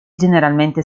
generalmente